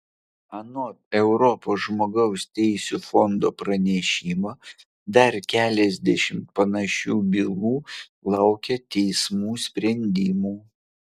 anot europos žmogaus teisių fondo pranešimo dar keliasdešimt panašių bylų laukia teismų sprendimų